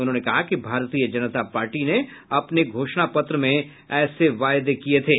उन्होंने कहा कि भारतीय जनता पार्टी ने अपने घोषणा पत्र में ऐसे वायदे किए थे